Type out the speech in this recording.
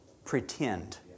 Pretend